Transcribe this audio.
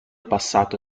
passato